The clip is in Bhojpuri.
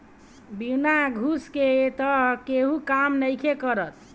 बिना घूस के तअ केहू काम नइखे करत